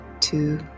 two